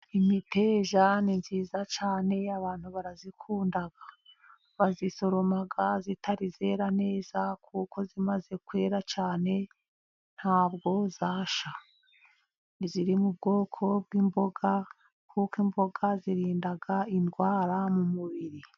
Imiteja ni myiza cyane abantu barayikunda. Bayisoroma itari yera neza, kuko imaze kwera cyane ntabwo yashya. Ntago iri mu bwoko bw'imboga kuko imboga zirinda indwara mu mubiri.